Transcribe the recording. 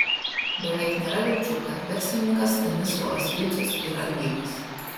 beveik nėra vilčių kad verslininkas stanislovas jucius yra gyvas